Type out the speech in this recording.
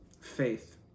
faith